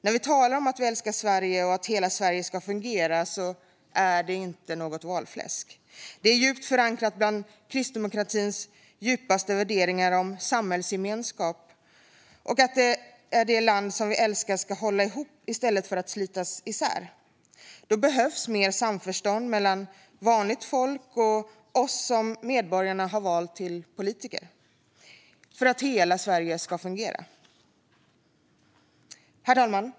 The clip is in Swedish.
När vi talar om att vi älskar Sverige och att hela Sverige ska fungera är det inte något valfläsk. Det är djupt förankrat bland kristdemokratins djupaste värderingar om samhällsgemenskap och att det land som vi älskar ska hålla ihop i stället för att slitas isär. Då behövs mer samförstånd mellan vanligt folk och oss som medborgarna har valt som politiker för att hela Sverige ska fungera. Herr talman!